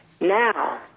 now